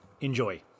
Enjoy